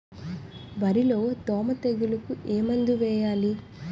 వరిలో దోమ తెగులుకు ఏమందు వాడాలి?